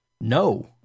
No